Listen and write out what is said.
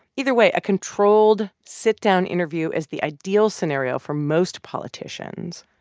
either way, a controlled sit-down interview is the ideal scenario for most politicians.